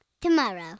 tomorrow